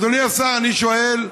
אדוני השר, אני שואל: